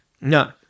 No